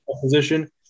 position